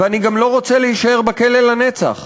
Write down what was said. ואני גם לא רוצה להישאר בכלא לנצח.